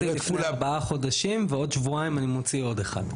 הוצאתי לפני 4 חודשים ועוד שבועיים אני מוציא עוד אחד.